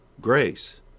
grace